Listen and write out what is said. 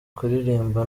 kuririmba